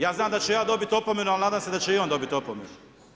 Ja znam da ću ja dobiti opomenu, ali nadam se da će i on dobiti opomenu.